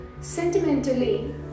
Sentimentally